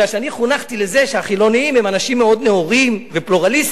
בגלל שאני חונכתי לזה שהחילונים הם אנשים מאוד נאורים ופלורליסטים,